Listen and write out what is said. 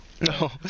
no